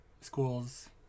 schools